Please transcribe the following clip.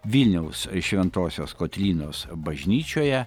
vilniaus šventosios kotrynos bažnyčioje